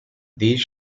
these